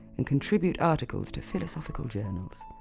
and contribute articles to philosophical journals.